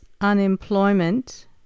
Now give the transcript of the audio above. unemployment